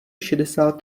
šedesát